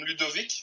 Ludovic